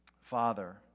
Father